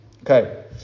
Okay